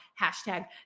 hashtag